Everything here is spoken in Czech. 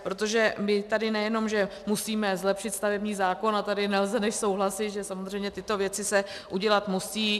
Protože my tady nejenom že musíme zlepšit stavební zákon a tady nelze než souhlasit, že samozřejmě tyto věci se udělat musí.